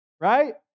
right